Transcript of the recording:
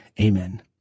Amen